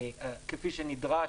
כפי שנדרש.